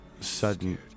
sudden